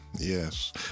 yes